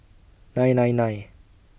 nine nine nine